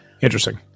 Interesting